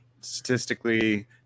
statistically